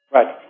Right